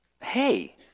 hey